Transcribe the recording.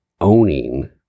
owning